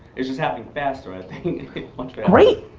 it's just happening faster, i think. great,